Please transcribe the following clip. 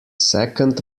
second